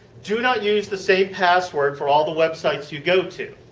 do not use the same password for all the websites you go to.